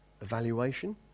evaluation